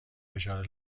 فشار